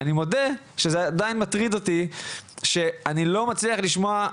אבל אני מודה שזה עדיין מטריד אותי שאני לא מצליח לשמוע.